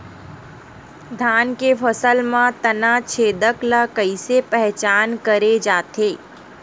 धान के फसल म तना छेदक ल कइसे पहचान करे जाथे?